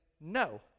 no